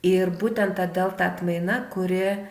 ir būtent ta delta atmaina kuri